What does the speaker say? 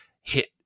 hit